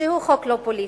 שהוא חוק לא פוליטי.